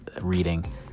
reading